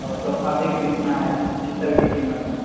اور صوفہ بھی خریدنا ہے کس طرح کی قیمت ہیں